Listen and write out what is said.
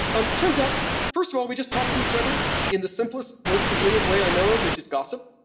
um turns out first of all, we just talk to each other in the simplest, most resilient way i know of, which is gossip.